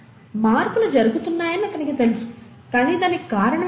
మార్పులు జరుగుతున్నాయని అతనికి తెలుసు కాని దానికి కారణం ఏమిటి